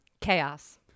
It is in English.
Chaos